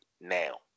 now